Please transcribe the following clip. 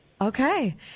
Okay